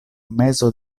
mezo